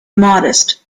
modest